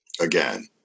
again